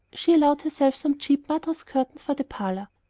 she allowed herself some cheap madras curtains for the parlor,